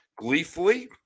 gleefully